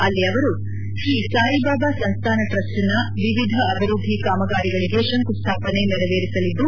ಅಲ್ಲಿ ಅವರು ಶ್ರೀ ಸಾಯಿಬಾಬಾ ಸಂಸ್ಥಾನ ಟ್ರಸ್ಟ್ನ ವಿವಿಧ ಅಭಿವೃದ್ಧಿ ಕಾಮಗಾರಿಗಳಿಗೆ ಶಂಕುಸ್ಥಾಪನೆ ನೆರವೇರಿಸಲಿದ್ದು